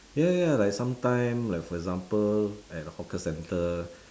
ya ya like sometime like for example at the hawker centre